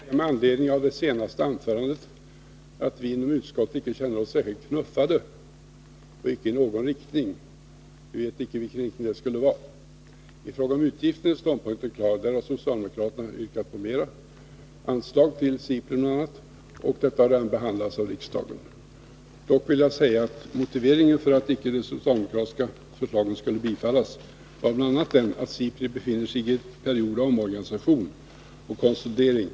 Herr talman! Jag vill bara med anledning av det senaste anförandet säga att vi i utskottet inte känner oss knuffade i någon särskild riktning — jag vet inte vilken det skulle vara. I fråga om utgifter är ståndpunkterna klara. Socialdemokraterna har yrkat på större anslag till bl.a. SIPRI, och detta krav har även behandlats i riksdagen. Jag vill dock säga att motiveringen för att de socialdemokratiska förslagen icke skulle bifallas bl.a. var att SIPRI befinner sig i en period av omorganisation och konsolidering.